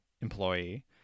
employee